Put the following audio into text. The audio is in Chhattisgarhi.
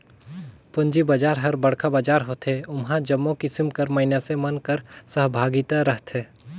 पूंजी बजार हर बड़खा बजार होथे ओम्हां जम्मो किसिम कर मइनसे मन कर सहभागिता रहथे